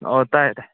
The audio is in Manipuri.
ꯑꯧ ꯇꯥꯏ ꯇꯥꯏ